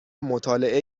مطالعه